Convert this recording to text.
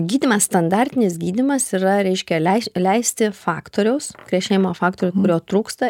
gydymas standartinis gydymas yra reiškia leis leisti faktoriaus krešėjimo faktorių kurio trūksta